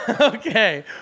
Okay